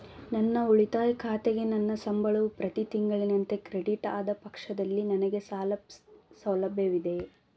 ನನ್ನ ಉಳಿತಾಯ ಖಾತೆಗೆ ನನ್ನ ಸಂಬಳವು ಪ್ರತಿ ತಿಂಗಳಿನಂತೆ ಕ್ರೆಡಿಟ್ ಆದ ಪಕ್ಷದಲ್ಲಿ ನನಗೆ ಸಾಲ ಸೌಲಭ್ಯವಿದೆಯೇ?